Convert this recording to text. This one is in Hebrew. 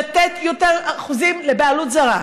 לתת יותר אחוזים לבעלות זרה,